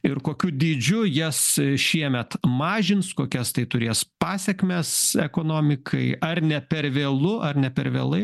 ir kokiu dydžiu jas šiemet mažins kokias tai turės pasekmes ekonomikai ar ne per vėlu ar ne per vėlai